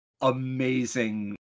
amazing